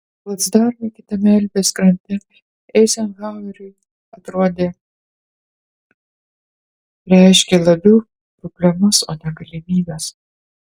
placdarmai kitame elbės krante eizenhaueriui atrodo reiškė labiau problemas o ne galimybes